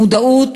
מודעות,